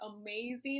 amazing